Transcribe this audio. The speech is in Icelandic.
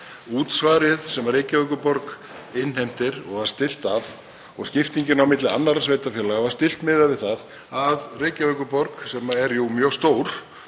Útsvarið sem Reykjavíkurborg innheimtir var stillt af og skiptingin á milli annarra sveitarfélaga var stillt af miðað við það að Reykjavíkurborg, sem er jú mjög stór